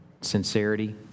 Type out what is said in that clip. sincerity